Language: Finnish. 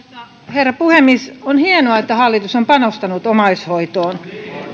herra puhemies on hienoa että hallitus on panostanut omaishoitoon